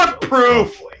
proof